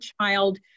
child